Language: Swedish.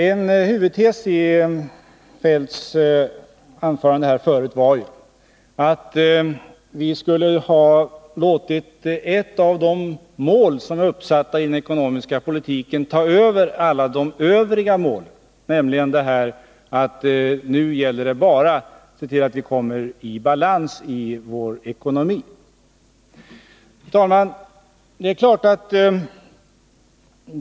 En huvudtes i Kjell-Olof Feldts anförande nyss var att vi skulle ha låtit ett av de mål som var uppsatta för den ekonomiska politiken ta över alla övriga mål, nämligen att det nu bara gäller att se till att vi får balans i vår ekonomi. Fru talman!